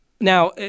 Now